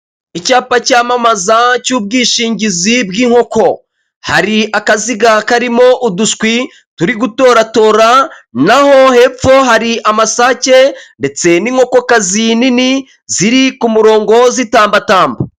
Icyapa cyamamaza cy'ubwishingizi bw'inkoko hari akaziga karimo udushwi turi gutoratora, naho hepfo hari amasake ndetse n'inkoko kazi nini ziri ku murongo z'itamba tamba.